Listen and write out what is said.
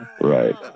Right